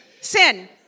Sin